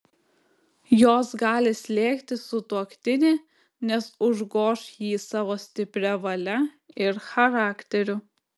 jos gali slėgti sutuoktinį nes užgoš jį savo stipria valia ir charakteriu